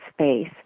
space